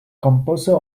composer